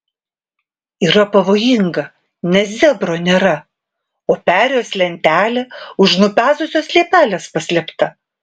yra pavojinga nes zebro nėra o perėjos lentelė už nupezusios liepelės paslėpta